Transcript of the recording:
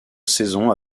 saisons